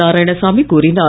நாராயணசாமி கூறினார்